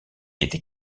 était